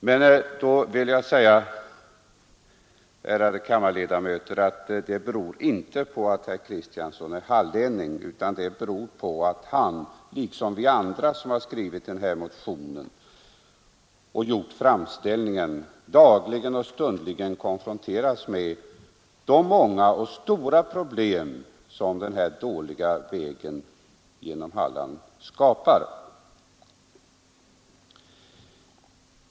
Men jag vill säga, ärade kammarledamöter, att det inte beror på att herr Kristiansson är hallänning utan det beror på att han liksom vi andra som skrivit motionen dagligen och stundligen konfronterats med de stora problem som den dåliga europavägen genom Halland skapar.